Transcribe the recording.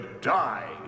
die